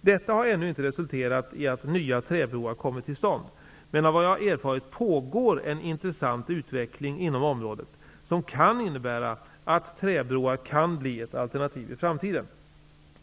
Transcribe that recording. Detta har ännu inte resulterat i att nya träbroar kommit till stånd, men av vad jag erfarit pågår en intressant utveckling inom området som kan innebära att träbroar blir ett alternativ i framtiden.